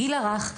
הגיל הרך,